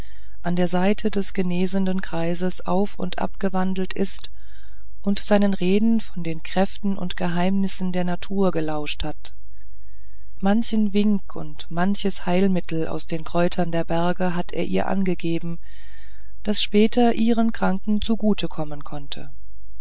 an der seite des genesenden greises auf und ab gewandelt ist und seinen reden von den kräften und geheimnissen der natur gelauscht hat manchen wink und manches heilmittel aus den kräutern der berge hat er ihr angegeben das später ihren kranken zugute kommen konnte